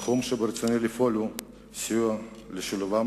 תחום שברצוני לפעול בו הוא סיוע לשילובם